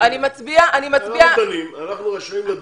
אנחנו דנים בזה.